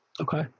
Okay